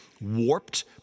warped